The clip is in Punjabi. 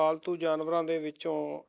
ਪਾਲਤੂ ਜਾਨਵਰਾਂ ਦੇ ਵਿੱਚੋਂ